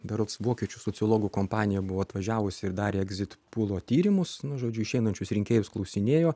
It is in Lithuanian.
berods vokiečių sociologų kompanija buvo atvažiavusi ir darė egzit pulo tyrimus nu žodžiu išeinančius rinkėjus klausinėjo